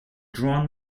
drawn